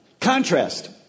contrast